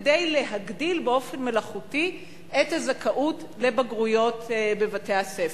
כדי להגדיל באופן מלאכותי את הזכאות לבגרויות בבתי-הספר.